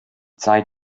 zeit